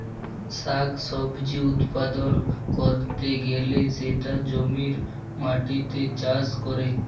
শাক সবজি উৎপাদল ক্যরতে গ্যালে সেটা জমির মাটিতে চাষ ক্যরে